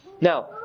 Now